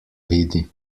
vidi